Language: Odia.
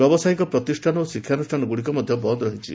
ବ୍ୟବସାୟିକ ପ୍ରତିଷ୍ଠାନ ଓ ଶିକ୍ଷାନୁଷ୍ଠାନଗୁଡ଼ିକ ମଧ୍ୟ ବନ୍ଦ ରହିଛି